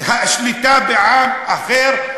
השליטה בעם אחר,